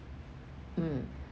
mm